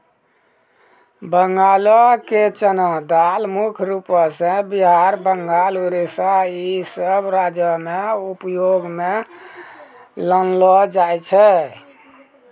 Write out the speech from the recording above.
बंगालो के चना दाल मुख्य रूपो से बिहार, बंगाल, उड़ीसा इ सभ राज्यो मे उपयोग मे लानलो जाय छै